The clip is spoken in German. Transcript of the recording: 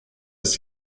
ist